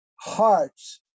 hearts